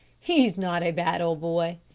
he's not a bad old boy.